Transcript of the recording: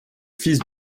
fils